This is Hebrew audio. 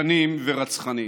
מסוכנים ורצחניים.